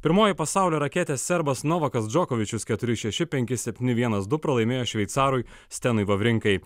pirmoji pasaulio raketė serbas novakas džokovičius keturi šeši penki septyni vienas du pralaimėjo šveicarui stenui vavrinkai